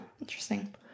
Interesting